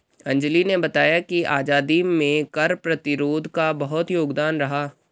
अंजली ने बताया कि आजादी में कर प्रतिरोध का बहुत योगदान रहा